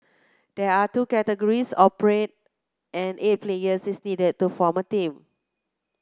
there are two categories Corporate and eight players is needed to form a team